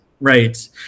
right